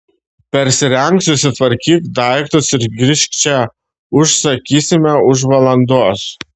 persirenk susitvarkyk daiktus ir grįžk čia už sakysime už valandos